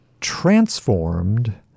transformed